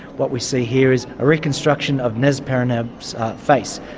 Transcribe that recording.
what we see here is a reconstruction of nesperennub's face.